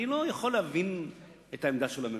אני לא יכול להבין את עמדת הממשלה.